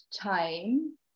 time